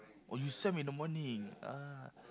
oh you swam in the morning ah